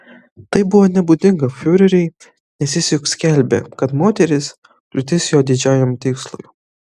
tai buvo nebūdinga fiureriui nes jis juk skelbė kad moterys kliūtis jo didžiajam tikslui